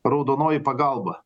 raudonoji pagalba